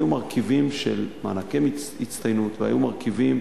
היו מרכיבים של מענקי הצטיינות והיו מרכיבים